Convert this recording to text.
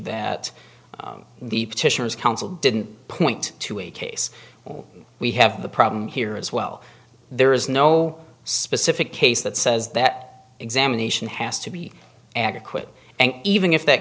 that the petitioners counsel didn't point to a case or we have the problem here as well there is no specific case that says that examination has to be adequate and even if that